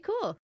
cool